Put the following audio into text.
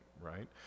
right